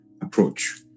approach